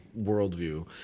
worldview